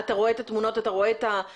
כי אתה רואה את התמונות, אתה רואה את הדיווחים.